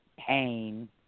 pain